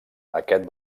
aquest